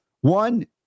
One